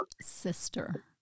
sister